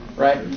Right